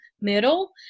middle